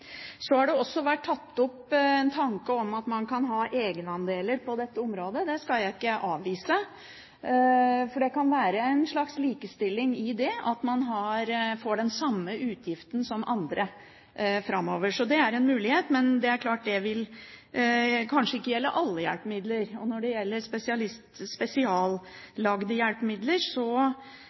Så har man også vært inne på den tanken at man kan ha egenandeler på dette området. Det skal jeg ikke avvise, for det kan være en slags likestilling i det at man får den samme utgiften som andre framover. Så det er en mulighet, men det er klart at det vil kanskje ikke gjelde alle hjelpemidler. Når det gjelder spesiallagde hjelpemidler,